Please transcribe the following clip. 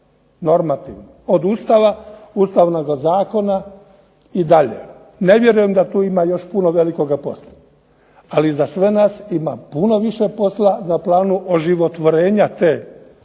normativni. Od Ustava, ustavnoga zakona i dalje. Ne vjerujem da tu ima još puno velikoga posla, ali za sve nas ima puno više posla na planu oživotvorenja tih normi